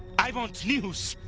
i want news!